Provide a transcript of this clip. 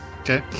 Okay